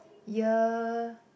year